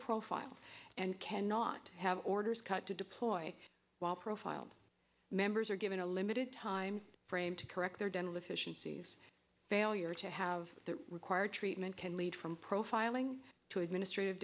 profile and cannot have orders cut to deploy while profiled members are given a limited time frame to correct their dental efficiencies failure to have the required treatment can lead from profiling to administrative